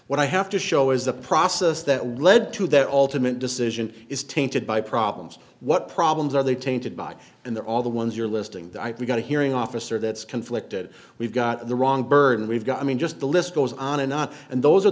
what i have to show is the process that would lead to that ultimate decision is tainted by problems what problems are they tainted by and they're all the ones you're listing we've got a hearing officer that's conflicted we've got the wrong burden we've got i mean just the list goes on and on and those are